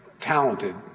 talented